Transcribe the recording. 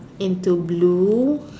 into blue